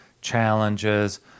challenges